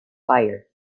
fire